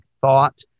thought